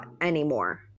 anymore